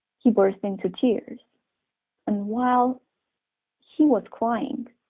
he burst into tears and while he was crying,